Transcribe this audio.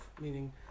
meaning